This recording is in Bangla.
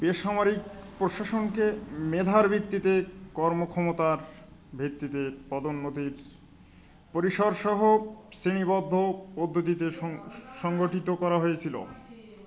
বেসামরিক প্রশাসনকে মেধার ভিত্তিতে কর্মক্ষমতার ভিত্তিতে পদোন্নতির পরিসরসহ শ্রেণীবদ্ধ পদ্ধতিতে সংগঠিত করা হয়েছিল